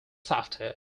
software